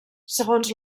segons